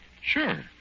Sure